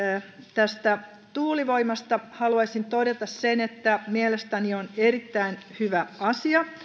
tästä tuulivoimasta haluaisin todeta sen että mielestäni on erittäin hyvä asia